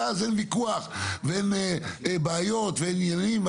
ואז אין ויכוח ואין בעיות ואין עניינים,